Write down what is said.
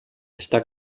está